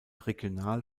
regional